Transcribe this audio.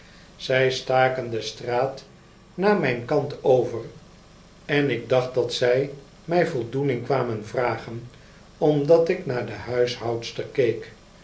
zij staken de straat naar mijn kant over en ik dacht dat zij mij voldoening kwamen vragen omdat ik naar de